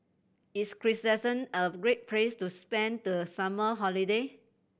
is Kyrgyzstan a great place to spend the summer holiday